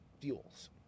fuels